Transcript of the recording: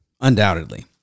undoubtedly